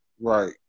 Right